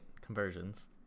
conversions